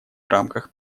рамках